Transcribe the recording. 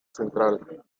central